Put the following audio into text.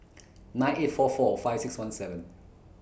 nine eight four four five six one seven